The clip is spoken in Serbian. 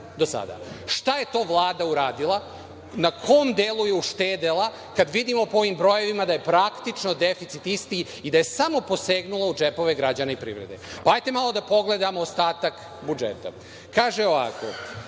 je to Vlada uradila, na kom delu je uštedela, kada vidim po ovim brojevima da je praktično deficit isti i da je samo posegnula u džepove građana i privrede. Hajde malo da pogledamo ostatak budžeta. Kaže ovako,